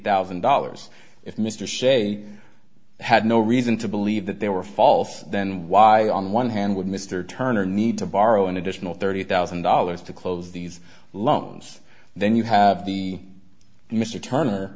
thousand dollars if mr sze had no reason to believe that they were false then why on one hand would mr turner need to borrow an additional thirty thousand dollars to close these loans then you have the mr turner